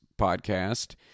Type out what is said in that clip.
podcast